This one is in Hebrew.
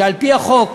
שעל-פי החוק,